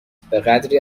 بهقدری